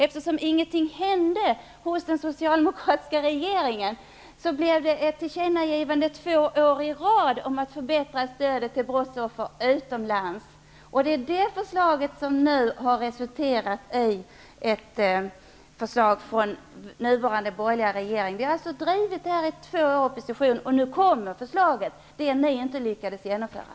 Eftersom ingenting hände hos den socialdemokratiska regeringen blev det två år i rad ett tillkännagivande om att stödet till brottsoffer utomlands skulle förbättras. Det är det förslaget som nu har resulterat i ett förslag från den borgerliga regeringen. Vi har alltså drivit frågan i två år i opposition, och nu kommer förslaget, det förslag ni inte lyckades genomföra.